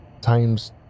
times